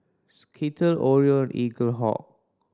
Skittle Oreo and Eaglehawk